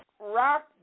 Rock